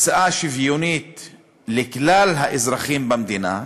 בהקצאה שוויונית לכלל האזרחים במדינה,